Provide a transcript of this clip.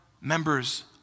members